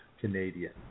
Canadian